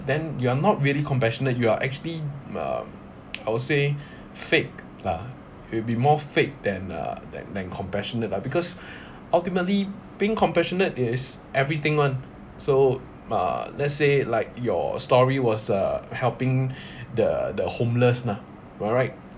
then you are not really compassionate you are actually uh I would say fake lah it will be more fake than uh than than compassionate lah because ultimately being compassionate is everything [one] so uh let's say like your story was uh helping the the homeless lah alright